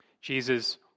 Jesus